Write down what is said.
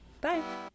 bye